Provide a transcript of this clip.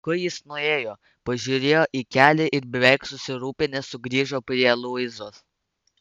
paskui jis nuėjo pažiūrėjo į kelią ir beveik susirūpinęs sugrįžo prie luizos